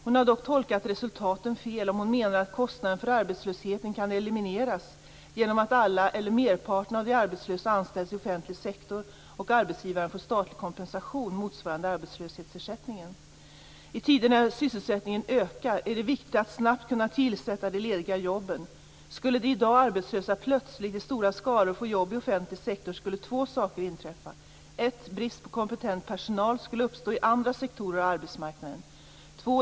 Hon har dock tolkat resultaten fel om hon menar att kostnaderna för arbetslösheten kan elimineras genom att alla eller merparten av de arbetslösa anställs i offentlig sektor och arbetsgivaren får statlig kompensation motsvarande arbetslöshetsersättningen. I tider när sysselsättningen ökar är det viktigt att snabbt kunna tillsätta de lediga jobben. Skulle de i dag arbetslösa plötsligt i stora skaror få jobb i offentlig sektor skulle två saker inträffa: 1. En brist på kompetent personal skulle uppstå i andra sektorer av arbetsmarknaden. 2.